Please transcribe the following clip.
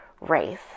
race